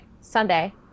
Sunday